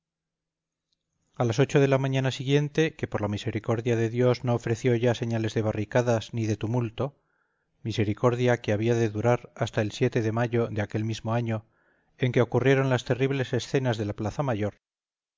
a las ocho de la mañana siguiente que por la misericordia de dios no ofreció ya señales de barricadas ni de tumulto misericordia que había de durar hasta el de mayo de aquel mismo año en que ocurrieron las terribles escenas de la plaza mayor